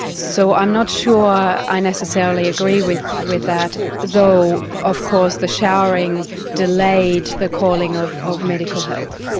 so i'm not sure i necessarily agree with with that, though of course the showering delayed the calling of of medical help.